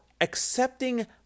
accepting